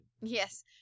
Yes